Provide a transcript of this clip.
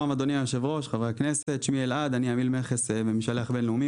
אני עמיל מכס ומשלח בין-לאומי,